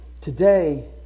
Today